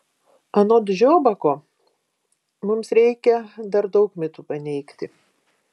anot žiobako mums reikia dar daug mitų paneigti